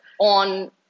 on